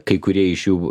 kai kurie iš jų